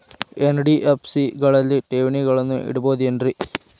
NBFC ಗಳಲ್ಲಿ ಠೇವಣಿಗಳನ್ನು ಇಡಬಹುದೇನ್ರಿ?